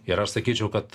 ir aš sakyčiau kad